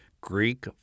Greek